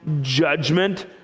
judgment